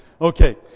Okay